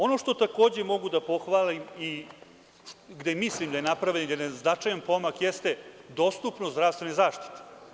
Ono što takođe mogu da pohvalim i gde mislim da je napravljen jedan značajan pomak jeste dostupnost zdravstvene zaštite.